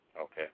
Okay